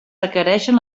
requereixen